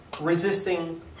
resisting